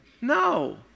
No